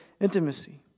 intimacy